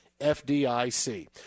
FDIC